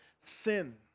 sin